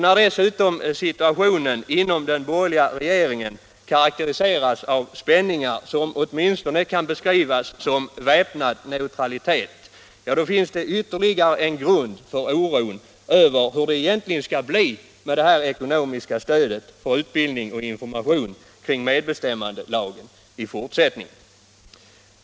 När dessutom situationen inom den borgerliga regeringen karakteriseras av spänningar, som kan beskrivas som åtminstone väpnad neutralitet, finns det ytterligare en grund för oro över hur det egentligen skall bli med detta ekonomiska stöd för utbildning och information om medbestämmandelagen i fortsättningen.